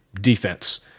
defense